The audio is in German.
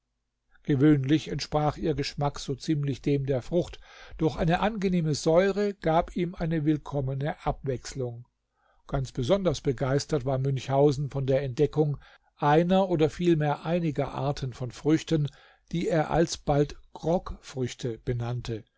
gewöhnlich entsprach ihr geschmack so ziemlich dem der frucht doch eine angenehme säure gab ihm eine willkommene abwechslung ganz besonders begeistert war münchhausen von der entdeckung einer oder vielmehr einiger arten von früchten die er alsbald grogfrüchte benannte